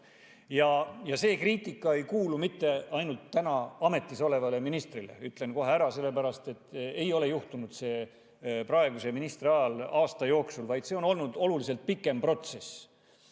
Ja see kriitika ei ole mitte ainult täna ametis oleva ministri pihta, ütlen kohe ära. Sellepärast et see ei ole juhtunud praeguse ministri ajal, aasta jooksul, vaid see on olnud oluliselt pikem protsess.